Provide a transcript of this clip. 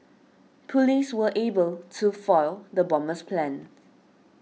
police were able to foil the bomber's plans